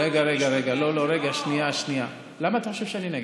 רגע, רגע, לא, למה אתה חושב שאני נגד?